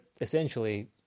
essentially